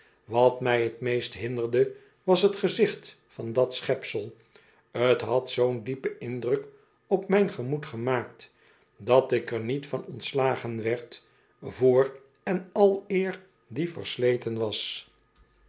wat mij t meest hinderde was t gezicht van dat schepsel t had zoo'n diepen indruk op mijn gemoed gemaakt dat ik er niet van ontslagen werd voor en aleer die versleten was